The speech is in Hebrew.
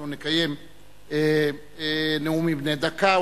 אנחנו נקיים נאומים בני דקה,